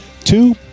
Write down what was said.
Two